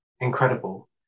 incredible